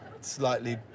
Slightly